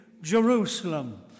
jerusalem